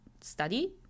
study